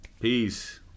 Peace